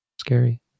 scary